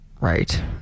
Right